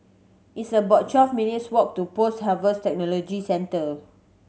it's about twelve minutes' walk to Post Harvest Technology Center